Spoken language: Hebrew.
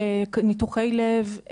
ניתוחי לב,